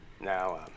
Now